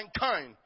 mankind